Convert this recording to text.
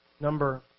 Number